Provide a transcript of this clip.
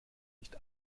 nicht